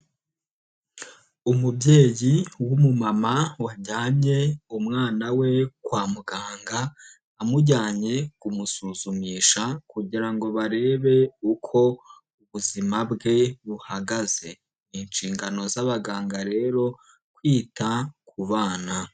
Umubyeyi w'umumama wajyanye umwana we kwa muganga, amujyanye kumusuzumisha, kugira ngo barebe uko ubuzima bwe buhagaze. Ni inshingano z'abaganga rero kwita ku bana.